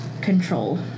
Control